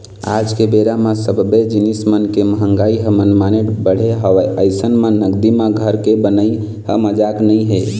आज के बेरा म सब्बे जिनिस मन के मंहगाई ह मनमाने बढ़े हवय अइसन म नगदी म घर के बनई ह मजाक नइ हे